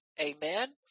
Amen